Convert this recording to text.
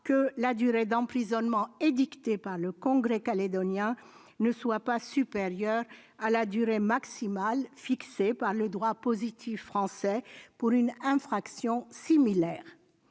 que la durée d'emprisonnement édictée par le Congrès calédonien n'est pas supérieure à la durée maximale fixée par le droit positif français pour une infraction similaire.